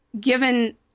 given